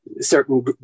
certain